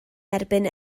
erbyn